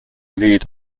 lead